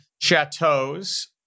chateaus